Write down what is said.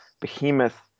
behemoth